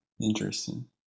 Interesting